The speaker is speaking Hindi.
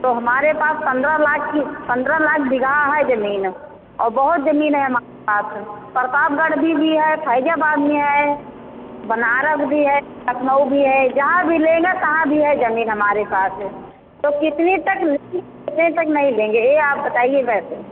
तो हमारे पास पंद्रह लाख की पंद्रह लाख बिगहा है जमीन और बहुत जमीन है हमा पास प्रताप गढ़ भी भी है फैजाबाद भी है बनारस भी है लखनऊ भी है जहाँ लेना तहां भी है जमीन हमारे पास तो कितने तक लेंगे कितने तक नहीं लेंगे ये आप बताईए वैसे